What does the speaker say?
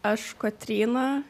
aš kotryna